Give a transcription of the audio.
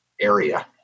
area